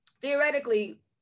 theoretically